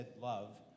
love